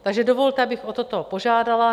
Takže dovolte, abych o toto požádala.